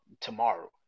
tomorrow